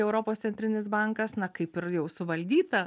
europos centrinis bankas na kaip ir jau suvaldyta